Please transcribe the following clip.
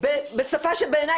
בושה וחרפה.